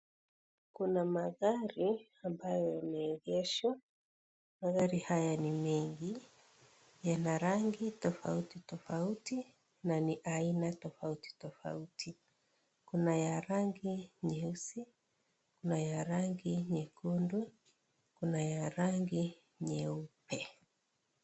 Kuna magari ambayo yameegeshwa, magari haya ni mengi yana rangi tofauti tofauti na ni aina tofauti tofauti. kuna ya rangi nyeusi, kuna ya rangi nyekundu, kuna ya rangi nyeupe.